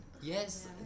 yes